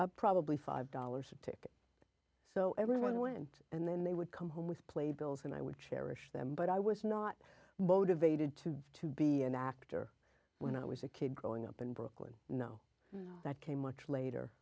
oh probably five dollars a ticket so everyone went and then they would come home with play bills and i would cherish them but i was not motivated to to be an actor when i was a kid growing up in brooklyn no that came much later